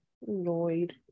Lloyd